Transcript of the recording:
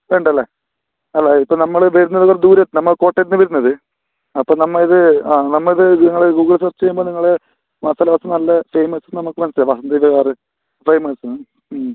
വേണ്ട അല്ലേ അല്ല ഇപ്പോൾ നമ്മൾ വരുന്നത് ദൂരെ നമ്മൾ കോട്ടയത്തു നിന്ന് വരുന്നത് അപ്പം നമ്മൾ ഇത് ആ നമ്മൾ ഇത് നിങ്ങളെ ഗൂഗിൾ സെർച്ച് ചെയ്യുമ്പോൾ നിങ്ങൾ മസാല ദോശ നല്ല ഫേമസ് നമ്മൾക്ക് മനസ്സിലാവും വസന്ത് വിഹാറ് ഫേമസ് എന്ന്